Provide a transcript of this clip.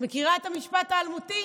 מכירה את המשפט האלמותי,